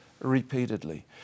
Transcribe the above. repeatedly